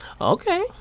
Okay